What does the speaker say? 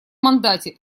мандате